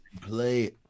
Play